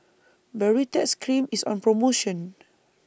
Baritex Cream IS on promotion